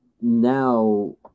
now